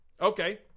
Okay